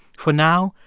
for now,